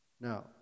Now